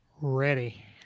ready